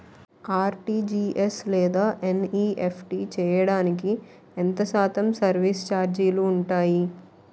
RTGS లేదా NEFT చేయడానికి ఎంత శాతం సర్విస్ ఛార్జీలు ఉంటాయి?